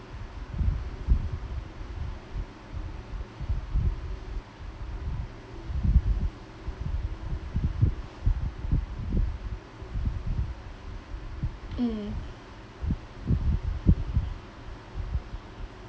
mm